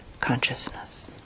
consciousness